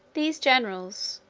these generals,